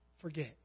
forget